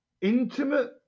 intimate